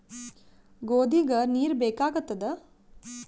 ಗೋಧಿಗ ನೀರ್ ಬೇಕಾಗತದ?